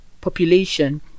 population